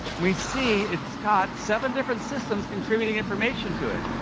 and we see it's got seven different systems contributing information to it.